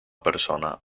persona